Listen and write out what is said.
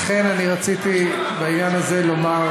לכן, רציתי בעניין הזה לומר